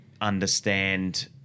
understand